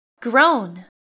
grown